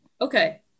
Okay